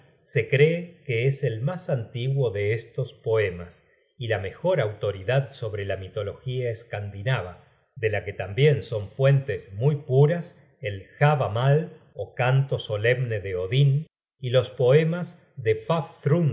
se cree que es el mas antiguo de estos poemas y la mejor autoridad sobre la mitología scandinava de la que tambien son fuentes muy puras el hav a mal ó canto solemne de odin y los poemas de